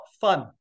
fun